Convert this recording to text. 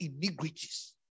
iniquities